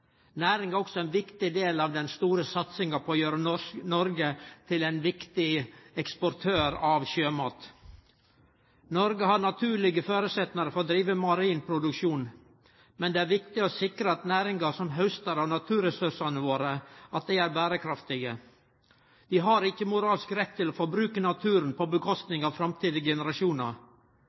er også ein viktig del av den store satsinga på å gjere Noreg til ein viktig eksportør av sjømat. Noreg har naturlege føresetnader for å drive marin produksjon, men det er viktig å sikre at næringar som haustar av naturressursane våre, er berekraftige. Vi har ikkje moralsk rett til å forbruke naturen på kostnad av framtidige generasjonar.